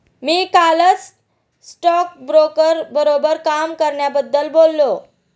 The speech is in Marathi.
मी कालच स्टॉकब्रोकर बरोबर काम करण्याबद्दल बोललो